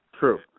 True